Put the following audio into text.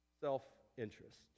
Self-interest